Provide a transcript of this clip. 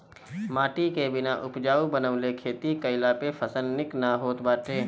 माटी के बिना उपजाऊ बनवले खेती कईला पे फसल निक ना होत बाटे